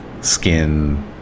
skin